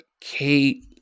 Kate